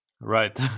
Right